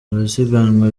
abasiganwa